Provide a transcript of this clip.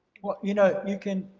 well, you know, you can.